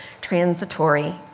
transitory